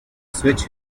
switch